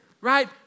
right